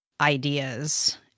ideas